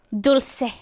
Dulce